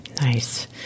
Nice